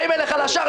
באים אליך לשער.